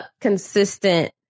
consistent